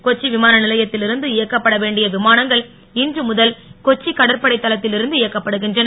கொச்சி விமான நிலையத்தில் இருந்து இயக்கப்பட வேண்டிய விமானங்கள் இன்று முதல் கொச்சி கடற்படை தளத்தில் இருந்து இயக்கப்படுகின்றன